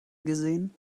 gesehen